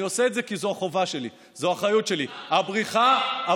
אני עושה את זה כי זו החובה שלי, זו אחריות שלי.